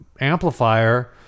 amplifier